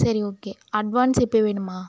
சரி okay advance இப்போ வேணுமா